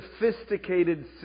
sophisticated